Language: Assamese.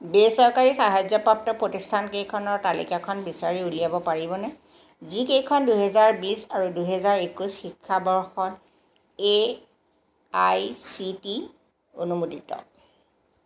বেচৰকাৰী সাহায্যপ্ৰাপ্ত প্ৰতিষ্ঠানকেইখনৰ তালিকাখন বিচাৰি উলিয়াব পাৰিবনে যিকেইখন দুহেজাৰ বিছ আৰু দুহেজাৰ একৈছ শিক্ষাবৰ্ষত এ আই চি টি অনুমোদিত